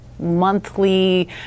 monthly